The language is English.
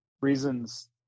reasons